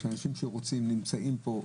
יש אנשים שנמצאים פה.